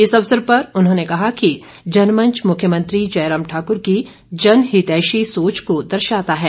इस अवसर पर उन्होंने कहा कि जनमंच मुख्यमंत्री जयराम ठाकुर की जनहितैषी सोच को दर्शाता है